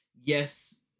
yes